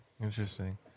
Interesting